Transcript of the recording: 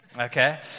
Okay